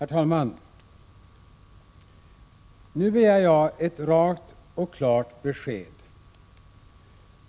Herr talman! Nu begär jag ett rakt och klart besked.